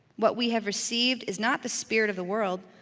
what we have received is not the spirit of the world,